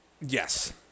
Yes